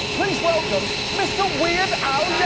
please welcome, mr. weird al